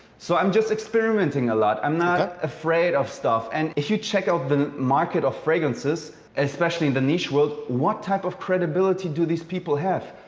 so, i'm just experimenting a lot. i'm not afraid of stuff. and if you check out the market of fragrances especially in the niche world, what type of credibility do these people have?